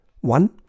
one